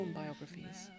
biographies